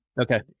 Okay